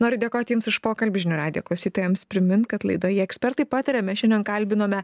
noriu dėkoti jums už pokalbį žinių radijo klausytojams primint kad laidoje ekspertai pataria mes šiandien kalbinome